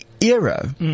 era